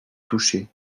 touchés